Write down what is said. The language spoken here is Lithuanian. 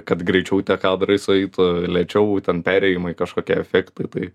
kad greičiau tie kadrai sueitų lėčiau ten perėjimai kažkokie efektai tai